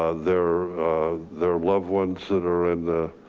ah their their loved ones that are in the